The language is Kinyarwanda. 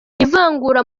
ivangura